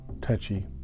touchy